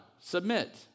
Submit